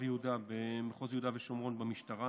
יהודה במחוז יהודה ושומרון במשטרה,